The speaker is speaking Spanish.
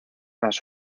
las